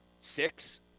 six